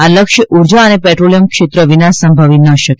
આ લક્ષ્ય ઉર્જા અને પેટ્રોલિયમ ક્ષેત્ર વિના સંભવી ન શકે